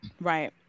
Right